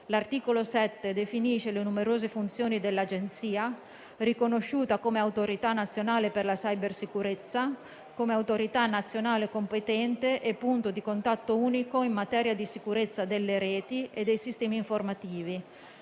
L'articolo 7 definisce le numerose funzioni dell'Agenzia, riconosciuta come autorità nazionale per la cybersicurezza, come autorità nazionale competente e punto di contatto unico in materia di sicurezza delle reti e dei sistemi informativi,